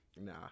Nah